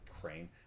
crane